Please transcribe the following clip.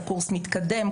קורס מתקדם,